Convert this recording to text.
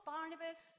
Barnabas